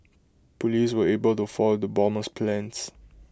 Police were able to foil the bomber's plans